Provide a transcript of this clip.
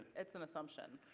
it's an assumption.